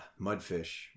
Mudfish